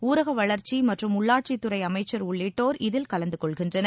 ஊரக வளர்ச்சி மற்றும் உள்ளாட்சித்துறை அமைச்சர் உள்ளிட்டோர் இதில் கலந்து கொள்கின்றனர்